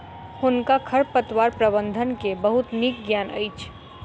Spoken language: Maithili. हुनका खरपतवार प्रबंधन के बहुत नीक ज्ञान अछि